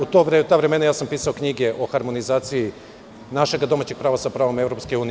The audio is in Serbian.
U ta vremena sam pisao knjige o harmonizacije našeg domaćeg prava sa pravom EU.